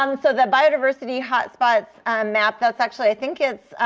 um so that biodiversity hotspots map, that's actually i think it